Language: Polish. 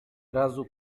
razu